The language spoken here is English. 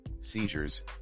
seizures